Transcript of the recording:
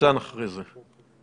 ניצן אחרי זה.